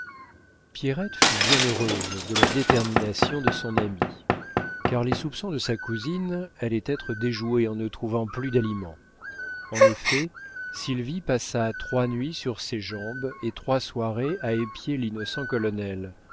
pierrette fut bien heureuse de la détermination de son ami car les soupçons de sa cousine allaient être déjoués en ne trouvant plus d'aliment en effet sylvie passa trois nuits sur ses jambes et trois soirées à épier l'innocent colonel